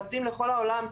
רצים לכל העולם,